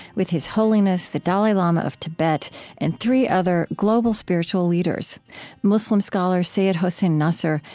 with his holiness the dalai lama of tibet and three other global spiritual leaders muslim scholar seyyed hossein nasr,